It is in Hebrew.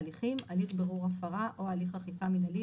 "הליכים" הליך בירור הפרה או הליך אכיפה מינהלי,